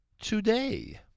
today